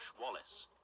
Wallace